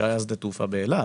כשהיה שדה תעופה באילת,